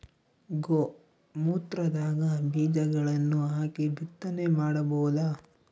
ಗೋ ಮೂತ್ರದಾಗ ಬೀಜಗಳನ್ನು ಹಾಕಿ ಬಿತ್ತನೆ ಮಾಡಬೋದ?